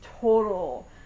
total